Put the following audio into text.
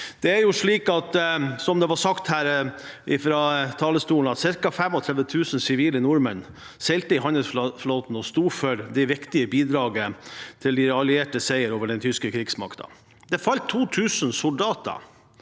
talerstolen, seilte ca. 35 000 sivile nordmenn i handelsflåten og sto for viktige bidrag til de alliertes seier over den tyske krigsmakten. Det falt 2 000 soldater